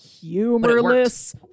humorless